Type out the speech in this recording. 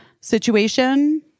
situation